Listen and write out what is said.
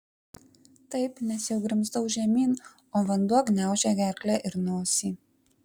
taip nes jau grimzdau žemyn o vanduo gniaužė gerklę ir nosį